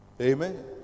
Amen